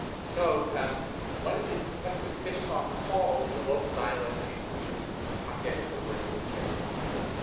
so um what did this, what's this fish sauce called in the local dialect of these fujianese, hokkien is the word for in fujian for fujian,